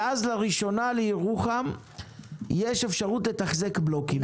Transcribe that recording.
ואז לראשונה לירוחם יש אפשרות לתחזק בלוקים.